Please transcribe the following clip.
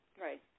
Right